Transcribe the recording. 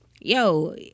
Yo